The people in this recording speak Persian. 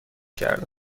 کرده